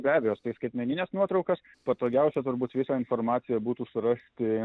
be abejo tai skaitmenines nuotraukas patogiausia turbūt visą informaciją būtų surasti